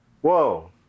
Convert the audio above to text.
whoa